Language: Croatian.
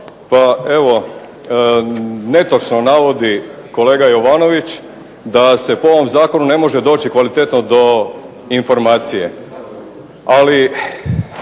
Pa evo netočno navodi kolega Jovanović da se po ovom Zakonu ne može doći kvalitetno do informacije. Ali